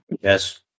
Yes